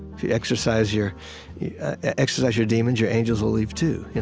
if you exorcise your exorcise your demons, your angels will leave too.